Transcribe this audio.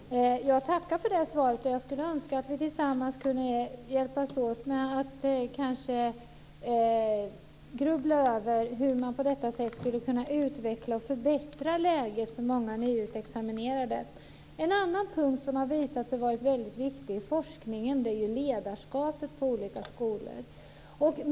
Fru talman! Jag tackar för det svaret och skulle önska att vi tillsammans kunde hjälpas åt med att kanske grubbla över hur man på det här sättet skulle kunna utveckla och förbättra läget för många nyutexaminerade. En annan punkt som visat sig vara väldigt viktig är forskningen när det gäller ledarskapet på olika skolor.